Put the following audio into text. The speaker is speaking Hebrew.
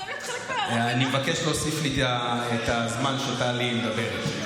אני מבקש להוסיף לי את הזמן שטלי מדברת.